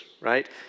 right